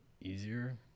easier